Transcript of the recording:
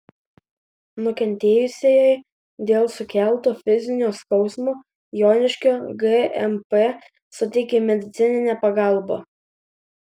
nukentėjusiajai dėl sukelto fizinio skausmo joniškio gmp suteikė medicininę pagalbą